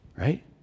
Right